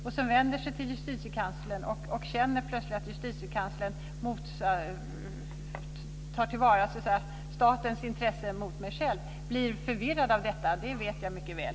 När de vänder sig till Justitiekanslern kan de plötsligt känna att Justitiekanslern mer tar till vara statens intresse än deras eget och blir förvirrade av detta. Det vet jag mycket väl.